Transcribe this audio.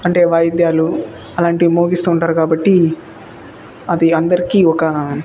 అంటే వాయిద్యాలు అలాంటివి మోగిస్తూ ఉంటారు కాబట్టి అది అందరికీ ఒక